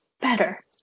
better